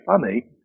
funny